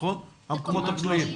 המקומות הפנויים.